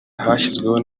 hashyizweho